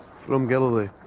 from galilee.